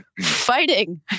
fighting